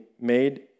made